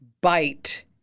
bite